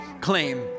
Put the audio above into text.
claim